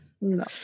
No